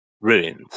ruins